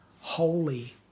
holy